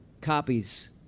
copies